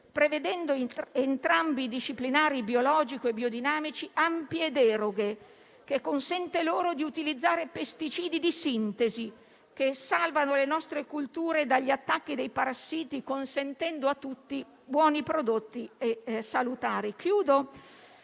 prevedendo entrambi i disciplinari, biologico e biodinamico, ampie deroghe che consentono loro di utilizzare pesticidi di sintesi, che salvano le nostre colture dagli attacchi dei parassiti, consentendo a tutti di avere buoni e salutari